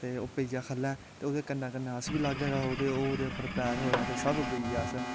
ते ओह् पेई जा खल्लैं ते ओह् ओह्दै कन्नै लाग्गै अस बी उप्पर पैर रखोआ ते सब पेइये अस